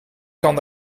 kan